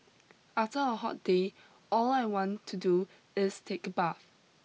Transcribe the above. after a hot day all I want to do is take a bath